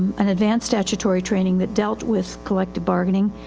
an advanced statutory training that dealt with collective bargaining.